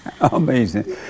Amazing